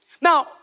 Now